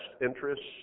interests